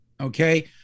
okay